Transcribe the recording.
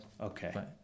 Okay